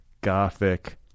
gothic